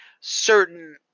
certain